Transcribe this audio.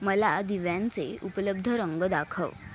मला दिव्यांचे उपलब्ध रंग दाखव